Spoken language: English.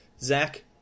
zach